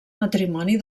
matrimoni